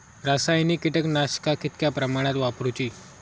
रासायनिक कीटकनाशका कितक्या प्रमाणात वापरूची?